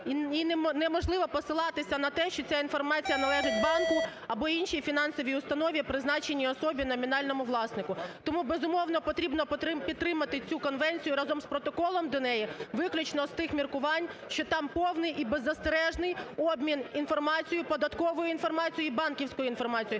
і неможливо посилатися на те, що ця інформація належить банку або іншій фінансовій установі, призначеній особі номінальному власнику. Тому, безумовно, потрібно підтримати цю конвенцію разом з протоколом до неї, виключно з тих міркувань, що там повний і беззастережний обмін інформацією, податковою інформацією і банківською інформацією.